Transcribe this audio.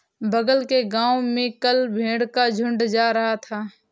बगल के गांव में कल भेड़ का झुंड जा रहा था